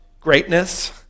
greatness